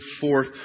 forth